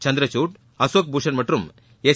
சந்திரசூட் அஷோக் பூஷண் மற்றும் எஸ்